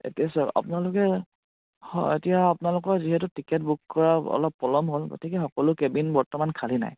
এতিয়া চাওক আপোনালোকে হয় এতিয়া আপোনালোকৰ যিহেতু টিকেট বুক কৰা অলপ পলম হ'ল গতিকে সকলো কেবিন বৰ্তমান খালী নাই